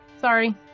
sorry